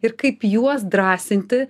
ir kaip juos drąsinti